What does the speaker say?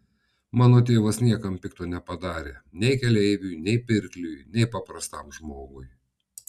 mano tėvas niekam pikto nepadarė nei keleiviui nei pirkliui nei paprastam žmogui